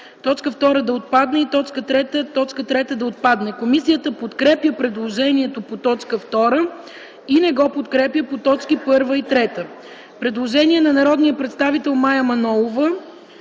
Точка 2 да отпадне. 3. Точка 3 да отпадне. Комисията подкрепя предложението по т. 2 и не го подкрепя по точки 1 и 3. Предложение на народния представител Мая Манолова